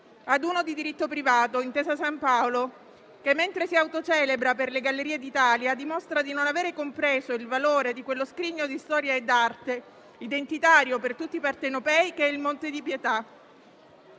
ad uno di diritto privato, Intesa Sanpaolo, che mentre si autocelebra per le gallerie d'Italia, dimostra di non avere compreso il valore di quello scrigno di storia e di arte, identitario per tutti i partenopei, che è il Monte di Pietà.